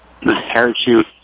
parachute